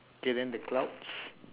okay then the clouds